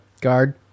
guard